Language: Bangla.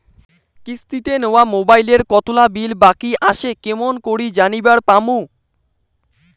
কিস্তিতে নেওয়া মোবাইলের কতোলা বিল বাকি আসে কেমন করি জানিবার পামু?